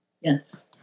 Yes